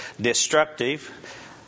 destructive